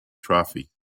trophies